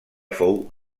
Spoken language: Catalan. fou